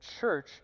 church